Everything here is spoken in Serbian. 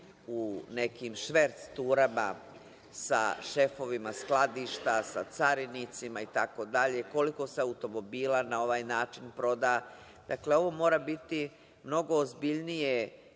u nekim šverc turama sa šefovima skladišta, sa carinicima itd, koliko se automobila na ovaj način proda. Dakle, ovo mora biti mnogo ozbiljnije